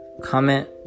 Comment